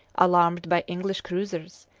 alarmed by english cruisers,